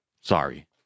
Sorry